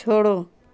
छोड़ो